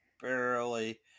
barely